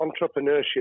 entrepreneurship